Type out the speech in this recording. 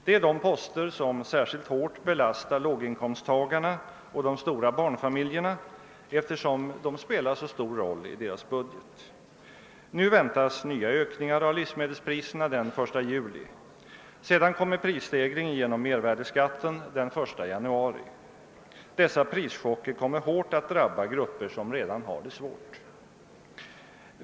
Det är de poster som särskilt hårt belastar låginkomsttagarna och de stora barnfamiljerna, eftersom de spelar så stor roll i deras budget. Nu väntas nya ökningar av livsmedelspriserna den 1 juli. Sedan kommer prisstegringen genom mervärdeskatten den 1 januari. Dessa prischocker kommer att hårt drabba grupper som redan har det svårt.